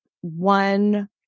one